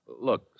Look